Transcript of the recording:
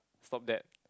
stop that